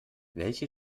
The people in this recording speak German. welche